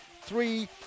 Three